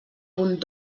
punt